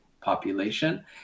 population